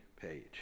page